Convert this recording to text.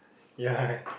ya